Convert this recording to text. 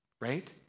right